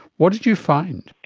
what did you find?